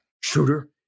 shooter